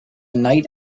nite